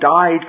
died